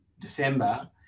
December